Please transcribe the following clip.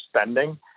spending